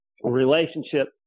relationship